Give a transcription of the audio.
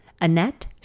Annette